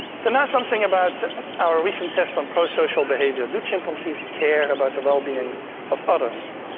so now something about our recent tests on pro-social behaviour. do chimpanzees care and about the well-being of others?